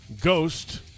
Ghost